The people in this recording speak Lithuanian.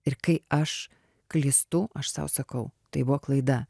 ir kai aš klystu aš sau sakau tai buvo klaida